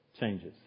changes